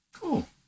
Cool